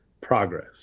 progress